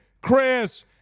Chris